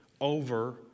over